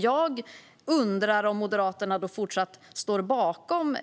Jag undrar om Moderaterna fortsatt står bakom